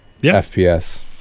FPS